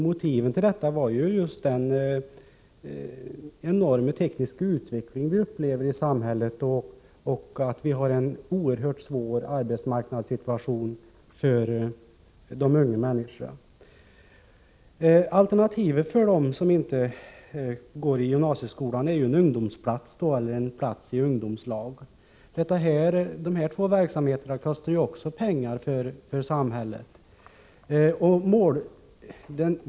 Motiven till detta var just den enorma tekniska utveckling som vi upplever i samhället och den oerhört svåra arbetsmarknadssituationen för de unga människorna. Alternativen för dem som inte går i gymnasieskolan är en ungdomsplats eller en plats i ungdomslag. Dessa två verksamheter kostar också pengar för samhället.